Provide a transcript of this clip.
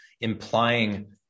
implying